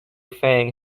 feng